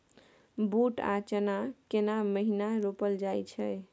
बूट आ चना केना महिना रोपल जाय छै?